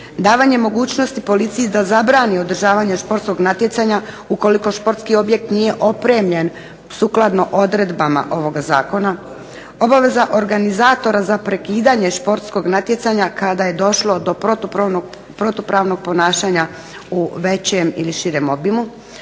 Davanje mogućnosti policiji da zabrani održavanje športskog natjecanja ukoliko športski objekt nije opremljen sukladno odredbama ovoga zakona. Obaveza organizatora za prekidanje športskog natjecanja kada je došlo do protupravnog ponašanja u većem ili širem obimu,